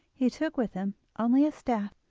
he took with him only a staff,